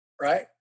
right